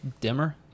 dimmer